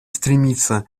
стремиться